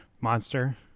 Monster